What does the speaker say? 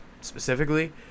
specifically